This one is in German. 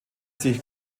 sich